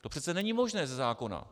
To přece není možné ze zákona.